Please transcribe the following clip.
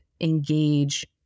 engage